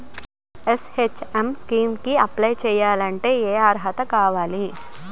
NHM scheme కి apply చేయాలి అంటే ఏ అర్హత కావాలి?